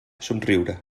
somriure